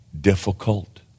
difficult